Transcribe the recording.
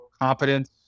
competence